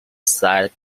side